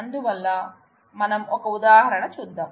అందువల్ల మనం ఒక ఉదాహరణ చూద్దాం